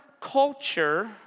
culture